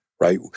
Right